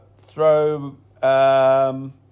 throw